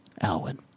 Alwyn